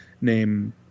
name